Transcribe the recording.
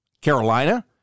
Carolina